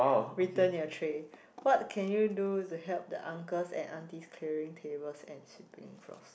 return your tray what can you do to help the uncles and aunties clearing tables and sweeping the floors